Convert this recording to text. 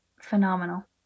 phenomenal